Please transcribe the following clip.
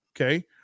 Okay